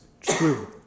true